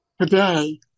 Today